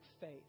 faith